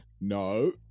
No